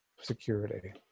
security